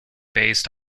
based